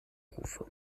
rufe